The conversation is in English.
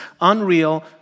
unreal